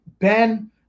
Ben